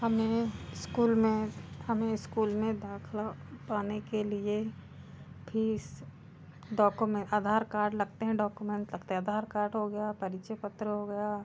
हमें इस्कूल में हमें इस्कूल में दाखिला पाने के लिए फीस में आधार कार्ड लगते हैं डॉकुमेंट लगते हैं आधार कार्ड हो गया परिचय पत्र हो गया